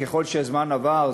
ככל הזמן עבר,